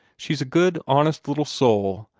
she's a good, honest little soul,